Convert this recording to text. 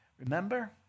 Remember